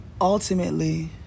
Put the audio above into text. Ultimately